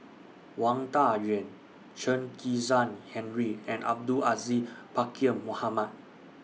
Wang Dayuan Chen Kezhan Henri and Abdul Aziz Pakkeer Mohamed